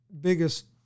biggest